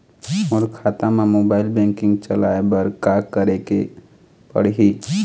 मोर खाता मा mobile banking चलाए बर का करेक पड़ही?